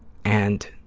and